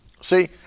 See